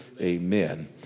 Amen